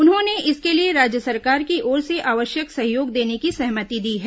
उन्होंने इसके लिए राज्य सरकार की ओर से आवश्यक सहयोग देने की सहमति दी है